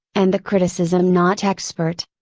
and the criticism not expert.